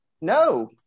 No